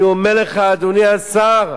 אני אומר לך, אדוני השר,